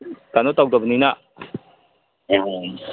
ꯀꯩꯅꯣ ꯇꯧꯗꯕꯅꯤꯅ